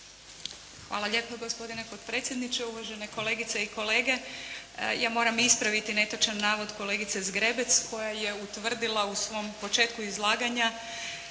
Hvala lijepo gospodine potpredsjedniče, uvažene kolegice i kolege. Ja moram ispraviti netočan navod kolegice Zgrebec koja je utvrdila u svom početku izlaganja